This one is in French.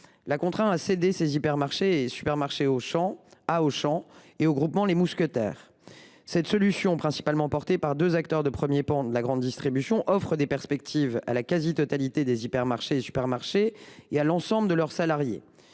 l’a contraint à céder ses hypermarchés et supermarchés à Auchan et au Groupement Les Mousquetaires. Cette solution, qui repose sur deux acteurs de premier plan de la grande distribution française, offre des perspectives à la quasi totalité des hypermarchés et supermarchés et à l’ensemble de leurs salariés.